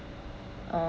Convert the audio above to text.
uh